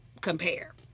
compare